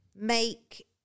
make